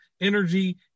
energy